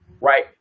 right